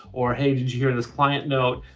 or, hey, did you hear and this client note?